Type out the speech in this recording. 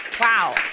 Wow